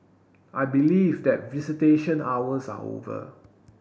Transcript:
I believe that visitation hours are over